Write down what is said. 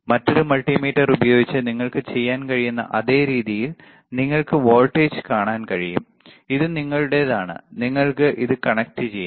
മറ്റൊരു മൾട്ടിമീറ്റർ ഉപയോഗിച്ച് നിങ്ങൾക്ക് ചെയ്യാൻ കഴിയുന്ന അതേ രീതിയിൽ നിങ്ങൾക്ക് വോൾട്ടേജ് കാണാൻ കഴിയും ഇത് നിങ്ങളുടേതാണ് നിങ്ങൾക്ക് ഇത് കണക്റ്റുചെയ്യാം